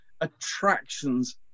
attractions